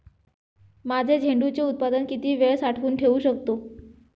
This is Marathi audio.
माझे झेंडूचे उत्पादन किती वेळ साठवून ठेवू शकतो?